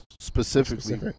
specifically